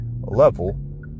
level